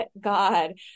God